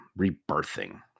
rebirthing